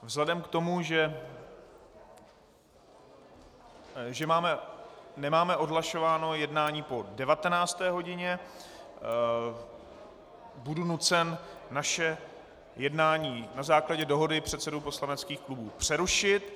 Vzhledem k tomu, že nemáme odhlasované jednání po 19. hodině, budu nucen naše jednání na základě dohody předsedů poslaneckých klubů přerušit.